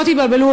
ושלא תבלבלו,